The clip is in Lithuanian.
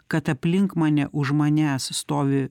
kad aplink mane už manęs stovi